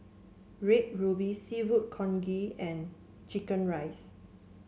Red Ruby seafood congee and chicken rice